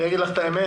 אני אגיד לך את האמת.